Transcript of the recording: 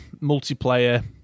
multiplayer